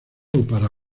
para